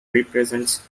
represents